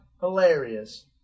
Hilarious